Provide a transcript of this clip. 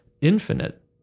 infinite